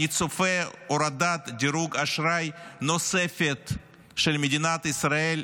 אני צופה הורדת דירוג אשראי נוספת של מדינת ישראל,